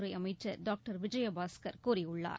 துறை அமைச்சர் டாக்டர் விஜயபாஸ்கர் கூறியுள்ளார்